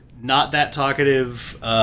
not-that-talkative